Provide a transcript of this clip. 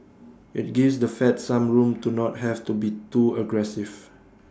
IT gives the fed some room to not have to be too aggressive